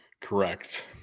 Correct